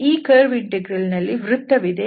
ಈ curve integral ನಲ್ಲಿ ವೃತ್ತವಿದೆ